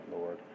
Lord